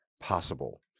possible